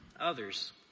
others